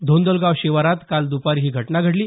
धोंदलगाव शिवारात काल दुपारी ही घटना घडली